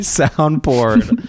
soundboard